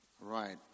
Right